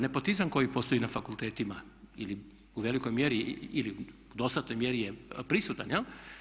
Nepotizam koji postoji na fakultetima ili u velikoj mjeri ili dostatnoj mjeri je prisutan jel'